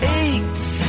aches